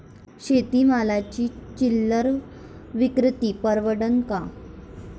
शेती मालाची चिल्लर विक्री परवडन का?